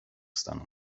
stanu